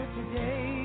today